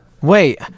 Wait